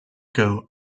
ago